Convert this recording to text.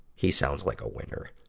he sounds like a winner.